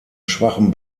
schwachen